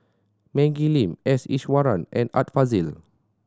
Maggie Lim S Iswaran and Art Fazil